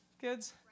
kids